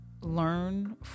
Learn